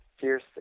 fierce